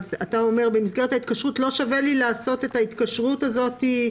אתה אומר: במסגרת ההתקשרות לא שווה לי לעשות את ההתקשרות הזאת,